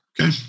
Okay